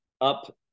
up